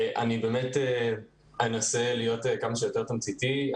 אנסה להיות תמציתי.